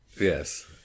Yes